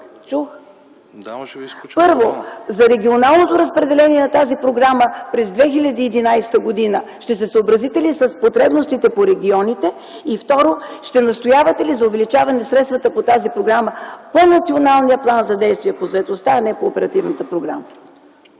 Първо, за регионалното разпределение на тази програма през 2011 г. ще се съобразите ли с потребностите по регионите? Второ, ще настоявате ли за увеличаване средствата по тази програма по Националния план за действие по заетостта, а не по оперативната програма?